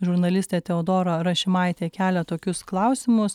žurnalistė teodora rašimaitė kelia tokius klausimus